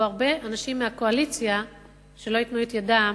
יהיו הרבה אנשים מהקואליציה שלא ייתנו את ידם.